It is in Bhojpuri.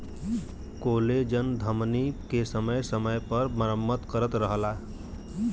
कोलेजन धमनी के समय समय पर मरम्मत करत रहला